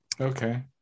okay